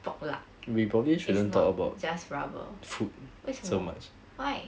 pork lard is not just rubber 为什么 why